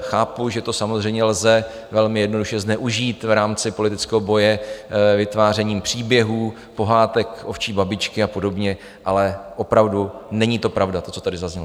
Chápu, že to samozřejmě lze velmi jednoduše zneužít v rámci politického boje vytvářením příběhů Pohádek ovčí babičky a podobně, ale opravdu není to pravda, to, co tady zaznělo.